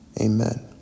amen